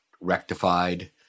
rectified